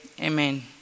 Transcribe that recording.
amen